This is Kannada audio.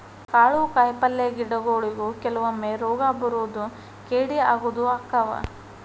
ಕಾಳು ಕಾಯಿಪಲ್ಲೆ ಗಿಡಗೊಳಿಗು ಕೆಲವೊಮ್ಮೆ ರೋಗಾ ಬರುದು ಕೇಡಿ ಆಗುದು ಅಕ್ಕಾವ